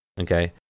okay